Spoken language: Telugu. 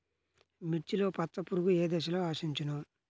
మిర్చిలో పచ్చ పురుగు ఏ దశలో ఆశించును?